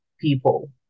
people